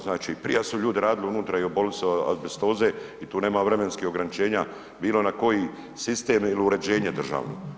Znači i prija su ljudi radili unutra i obolili su od azbestoze i tu nema vremenskih ograničenja bilo na koji sistem ili uređenje državno.